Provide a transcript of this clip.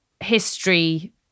history